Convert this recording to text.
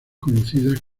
conocidas